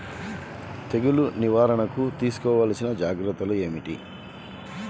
తెగులు నివారణకు తీసుకోవలసిన జాగ్రత్తలు ఏమిటీ?